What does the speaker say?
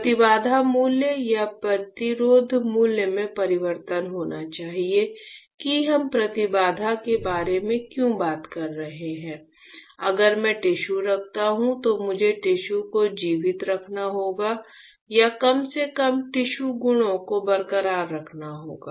प्रतिबाधा मूल्य या प्रतिरोध मूल्य में परिवर्तन होना चाहिए कि हम प्रतिबाधा के बारे में क्यों बात कर रहे हैं अगर मैं टिश्यू रखता हूं तो मुझे टिश्यू को जीवित रखना होगा या कम से कम टिश्यू गुणों को बरकरार रखना होगा